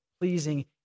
pleasing